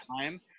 time